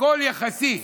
הכול יחסי.